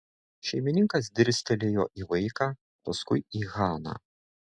šeimininkas dirstelėjo į vaiką paskui į haną